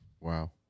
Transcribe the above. Wow